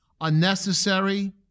unnecessary